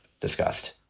discussed